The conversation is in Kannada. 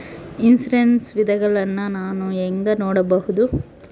ಇನ್ಶೂರೆನ್ಸ್ ವಿಧಗಳನ್ನ ನಾನು ಹೆಂಗ ನೋಡಬಹುದು?